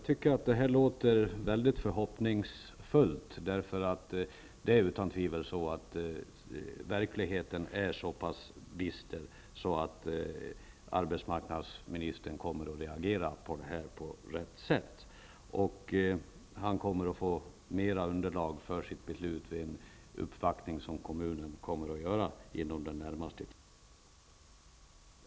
Herr talman! Jag tycker att detta låter hoppfullt. Verkligheten är så pass bister att arbetsmarknadsministern kommer att reagera på rätt sätt. Han kommer att få mera underlag för sitt beslut vid en uppvaktning som kommunen kommer att göra inom den närmaste tiden.